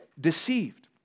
deceived